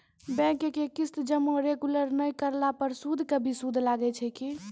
Bank के किस्त जमा रेगुलर नै करला पर सुद के भी सुद लागै छै कि?